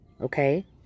okay